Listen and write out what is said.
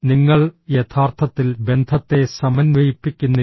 നിങ്ങൾ യഥാർത്ഥത്തിൽ ബന്ധത്തെ സമന്വയിപ്പിക്കുന്നില്ല